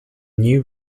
new